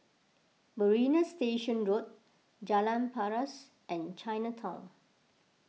Marina Station Road Jalan Paras and Chinatown